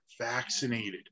vaccinated